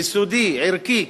יסודי, ערכי,